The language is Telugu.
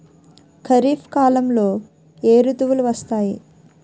ఖరిఫ్ కాలంలో ఏ ఋతువులు వస్తాయి?